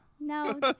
no